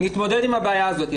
נתמודד עם הבעיה הזאת,